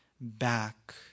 back